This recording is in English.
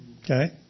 Okay